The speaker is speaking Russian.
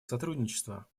сотрудничество